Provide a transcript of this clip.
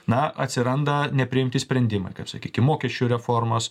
na atsiranda nepriimti sprendimai kad sakykim mokesčių reformos